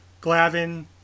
Glavin